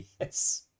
Yes